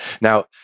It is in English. Now